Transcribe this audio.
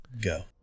Go